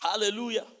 Hallelujah